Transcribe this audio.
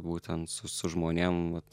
būtent su su žmonėm vat